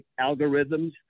algorithms